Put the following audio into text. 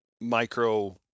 micro